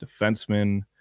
defenseman